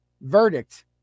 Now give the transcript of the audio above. verdict